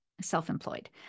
self-employed